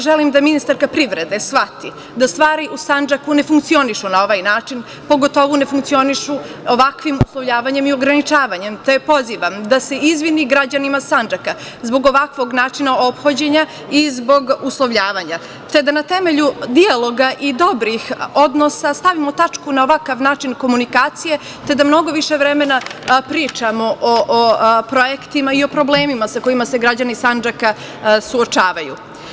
Želim da ministarka privrede shvati da stvari u Sandžaku ne funkcionišu na ovaj način, pogotovo ne funkcionišu ovakvim uslovljavanjem i ograničavanjem, te je pozivam da se izvini građanima Sandžaka zbog ovakvog načina ophođenja i zbog uslovljavanja, te da na temelju dijaloga i dobrih odnosa stavimo tačku na ovakav način komunikacije, te da mnogo više vremena pričamo o projektima i o problemima sa kojima se građani Sandžaka suočavaju.